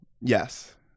Yes